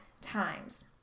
times